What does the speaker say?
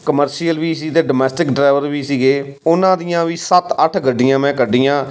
commercial ਵੀ ਸੀ ਅਤੇ ਡੋਮੈਸਟਿਕ ਡਰਾਈਵਰ ਵੀ ਸੀਗੇ ਉਨ੍ਹਾਂ ਦੀਆਂ ਵੀ ਸੱਤ ਅੱਠ ਗੱਡੀਆਂ ਮੈਂ ਕੱਢੀਆਂ